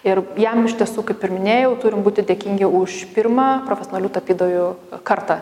ir jam iš tiesų kaip ir minėjau turim būti dėkingi už pirmą profesionalių tapytojų kartą